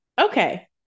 Okay